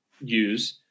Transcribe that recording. use